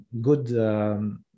good